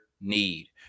need